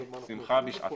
לשמחתה בשעתה.